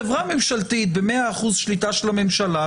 חברה ממשלתית במאה אחוז שליטה של הממשלה,